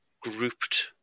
grouped